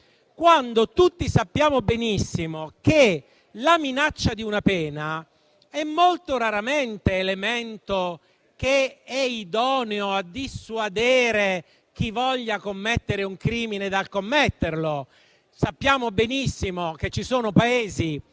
ma tutti sappiamo benissimo che la minaccia di una pena è molto raramente elemento idoneo a dissuadere chi voglia commettere un crimine. Sappiamo benissimo che ci sono Paesi,